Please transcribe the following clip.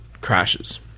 crashes